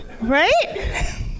Right